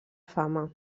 fama